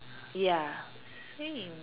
ya same